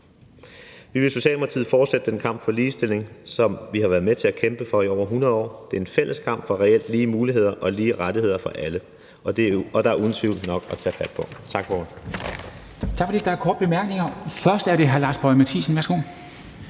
Vi vil i Socialdemokratiet fortsætte den kamp for ligestilling, som vi har været med til at kæmpe for i over 100 år. Det er en fælles kamp for reelt lige muligheder og lige rettigheder for alle, og der er uden tvivl nok at tage fat på. Tak for ordet.